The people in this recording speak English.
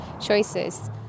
choices